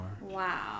wow